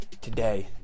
today